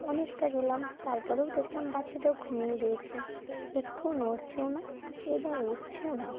অনেকটা গেলাম তার পরেও দেখলাম বাচ্চাটা ঘুমিয়েই রয়েছে একটুও নড়ছেও না এবং উঠছেও না